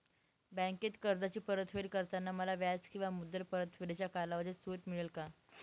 बँकेत कर्जाची परतफेड करताना मला व्याज किंवा मुद्दल परतफेडीच्या कालावधीत सूट मिळेल का?